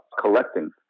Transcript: collecting